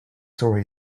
story